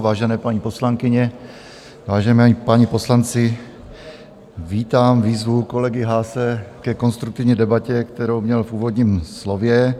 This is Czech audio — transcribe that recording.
Vážené paní poslankyně, vážení páni poslanci, vítám výzvu kolegy Haase ke konstruktivní debatě, kterou měl v úvodním slově.